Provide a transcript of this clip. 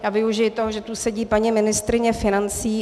A využiji toho, že tu sedí paní ministryně financí.